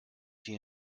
sie